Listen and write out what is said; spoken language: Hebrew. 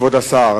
כבוד השר,